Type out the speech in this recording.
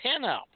pinup